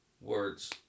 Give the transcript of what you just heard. words